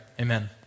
amen